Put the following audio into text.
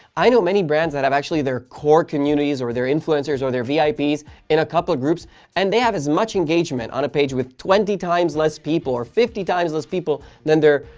i know many brands that have actually their core communities, or their influencers, or their vips in a couple of groups and they have as much engagement on a page with twenty times less people or fifty times those people than their,